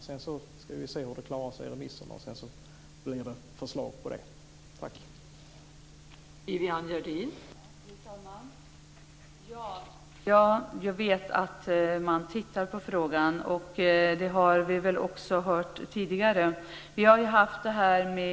Sedan ska vi se hur det klarar sig över midsommar, och sedan blir det förslag vad det gäller detta.